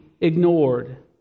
ignored